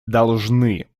должны